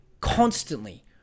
constantly